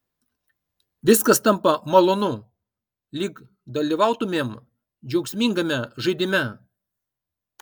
viskas tampa malonu lyg dalyvautumėm džiaugsmingame žaidime